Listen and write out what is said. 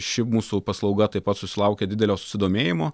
ši mūsų paslauga taip pat susilaukė didelio susidomėjimo